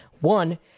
One